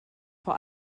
vor